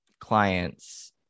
clients